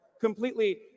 completely